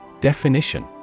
Definition